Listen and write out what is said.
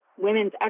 women's